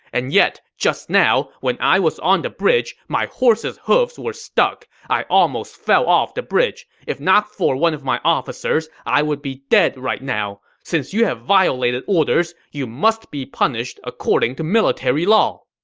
and yet just now, when i was on the bridge, my horse's hooves were stuck. i almost fell off the bridge. if not for one of my officers, i would be dead right now! since you have violated orders, you must be punished according to military law!